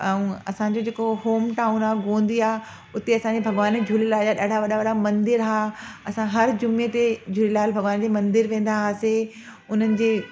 ऐं असांजो जेको होम टाउन आहे गोंदिया उते असांजे भॻवान झूलेलाल जा ॾाढा वॾा वॾा मंदिर हुआ असां हर जुमे ते झूलेलाल भॻवान जे मंदिर वेंदा हुआसीं उन्हनि जे